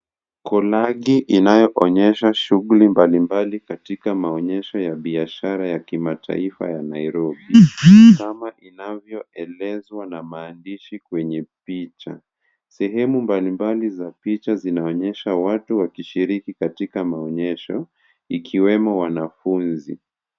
Konangi inayoonyesha shughuli mbalimbali katika maonyesho ya biashara ya kimataifa ya Nairobi, Kama inavyoelezwa na maandishi kwenye picha. Sehemu mbalimbali za picha zinaonyesha watu wakishiriki katika maonyesho ikiwemo wanafunzi.